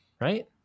Right